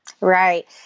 Right